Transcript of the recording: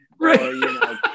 Right